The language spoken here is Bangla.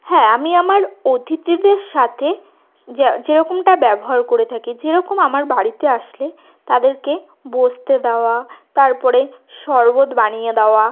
হ্যাঁ আমি আমার অতিথিদের সাথে যেরকমটা ব্যবহার করে থাকি যেরকম আমার বাড়িতে আসলে তাদেরকে বসতে দেওয়া তারপরে শরবত বানিয়ে দাওয়া